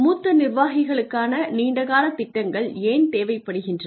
மூத்த நிர்வாகிகளுக்கான நீண்டகால திட்டங்கள் ஏன் தேவைப்படுகின்றன